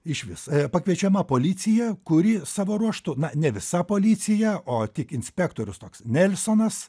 išvis pakviečiama policija kuri savo ruožtu na ne visa policija o tik inspektorius toks nelsonas